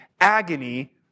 agony